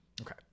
Okay